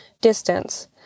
distance